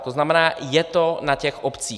To znamená, je to na těch obcích.